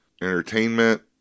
entertainment